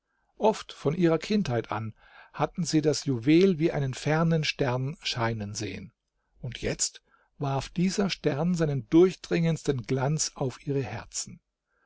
oft von ihrer kindheit an hatten sie das juwel wie einen fernen stern scheinen sehen und jetzt warf dieser stern seinen durchdringendsten glanz auf ihre herzen